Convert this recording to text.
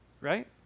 Right